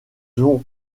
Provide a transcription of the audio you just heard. ont